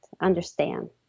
Understand